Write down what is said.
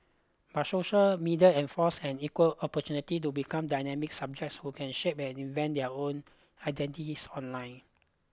but social media enforce an equal opportunity to become dynamic subjects who can shape and invent their own identities online